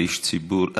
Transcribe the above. כאיש ציבור,